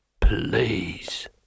Please